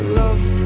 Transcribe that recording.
love